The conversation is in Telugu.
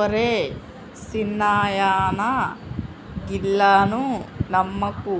ఒరే సిన్నాయనా, గీళ్లను నమ్మకు,